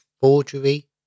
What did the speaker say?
forgery